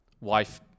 wife